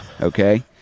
Okay